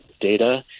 data